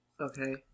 Okay